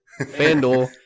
FanDuel